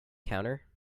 counter